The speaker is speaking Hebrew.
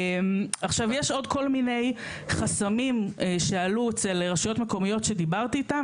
יש עוד כל מיני חסמים שעלו אצל רשויות מקומיות שדיברתי איתם.